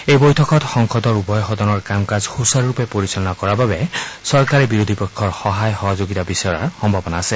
এই বৈঠকত সংসদৰ উভয় সদনৰ কাম কাজ সুচাৰুৰূপে পৰিচালনা কৰাৰ বাবে চৰকাৰে বিৰোধী পক্ষৰ সহায় সহযোগিতা বিচৰাৰ সম্ভাৱনা আছে